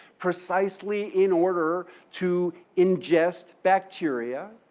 precisely in order to ingest bacteria.